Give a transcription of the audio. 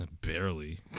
Barely